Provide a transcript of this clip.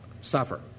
suffer